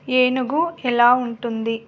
ఏనుగు ఎలా ఉంటుంది